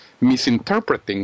misinterpreting